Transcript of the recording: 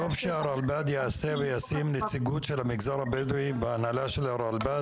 טוב שהרלב"ד יעשה וישים נציגות של המגזר הבדואי בהנהלה של הרלב"ד,